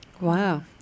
Wow